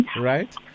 Right